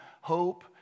hope